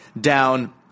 down